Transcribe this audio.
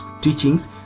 teachings